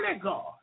God